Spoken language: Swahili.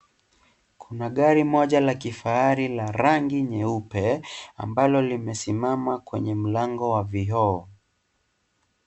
Kuna gari moja la kifahari la rangi nyeupe ambalo limesimama kwenye mlango wa vioo.